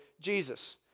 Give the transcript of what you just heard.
Jesus